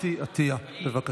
ההצעה להעביר את הצעת חוק